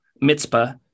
Mitzvah